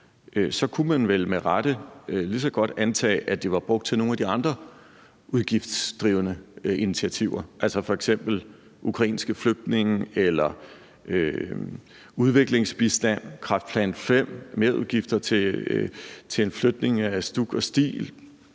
kunne man vel med rette lige så godt antage, at det var brugt til nogle af de andre udgiftsdrivende initiativer, altså f.eks. ukrainske flygtninge eller udviklingsbistand, kræftplan IV, merudgifter til en flytning af STUK og STIL,